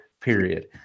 period